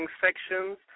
sections